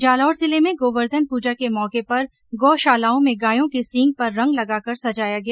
जालौर जिले में गोवर्धन पूजा के मौके पर गौशालाओं में गायों के सींग पर रंग लगाकर सजाया गया